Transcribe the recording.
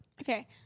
Okay